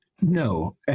No